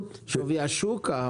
מה, שווי השוק?